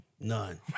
None